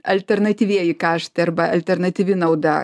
alternatyvieji kaštai arba alternatyvi nauda